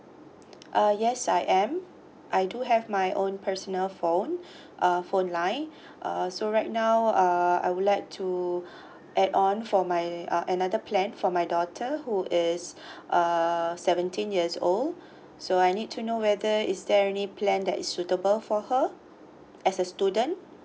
uh yes I am I do have my own personal phone uh phone line uh so right now uh I would like to add on for my uh another plan for my daughter who is uh seventeen years old so I need to know whether is there any plan that is suitable for her as a student